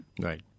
Right